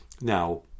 Now